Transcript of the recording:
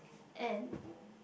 and